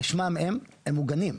כשמם כן הם, הם מוגנים,